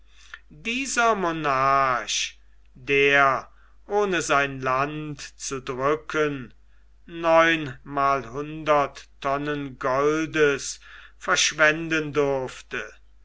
dieser monarch der ohne sein land zu drücken neunmalhundert tonnen goldes jährlich verschwenden durfte